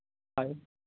ᱦᱳᱭ